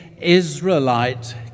Israelite